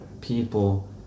people